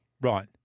Right